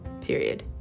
Period